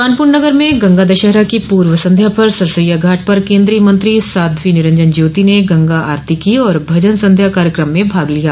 कानपुर नगर में गंगा दशहरा की पूर्व संध्या पर सरसैया घाट पर केन्द्रीय मंत्री साध्वी निरंजन ज्योति ने गंगा आरती की और भजन संध्या कार्यक्रम में भाग लिया